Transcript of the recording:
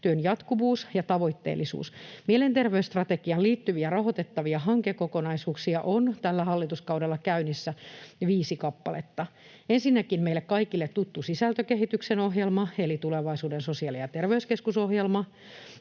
jatkuvuus ja tavoitteellisuus. Mielenterveysstrategiaan liittyviä rahoitettavia hankekokonaisuuksia on tällä hallituskaudella käynnissä viisi kappaletta: ensinnäkin meille kaikille tuttu sisältökehityksen ohjelma eli Tulevaisuuden sosiaali- ja terveyskeskus -ohjelma,